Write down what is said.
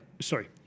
Sorry